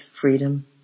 freedom